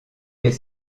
est